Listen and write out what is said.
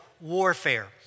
warfare